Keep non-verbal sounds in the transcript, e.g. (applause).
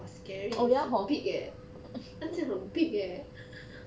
!wah! scary big eh 那这样很 big eh (laughs)